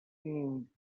seemed